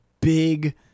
big